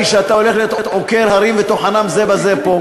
שאתה הולך להיות עוקר הרים וטוחנם זה בזה פה.